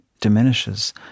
diminishes